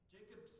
Jacob